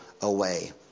away